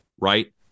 right